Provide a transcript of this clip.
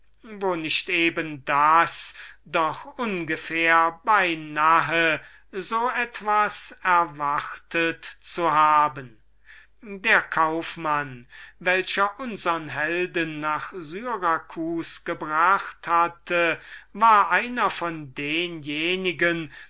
wo nicht eben das doch ungefähr so etwas erwartet der kaufmann mit welchem agathon nach syracus gekommen war war einer von denjenigen